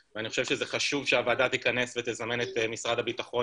ואני חושב שזה חשוב שהוועדה תיכנס ותזמן את משרד הביטחון